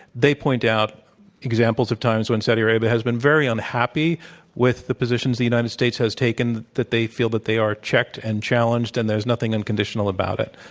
they point out examples of times when saudi arabia has been very unhappy with the positions the united states has taken, that they feel that they are checked and challenged and there's nothing unconditional about it.